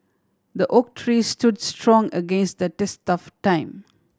the oak tree stood strong against the test of time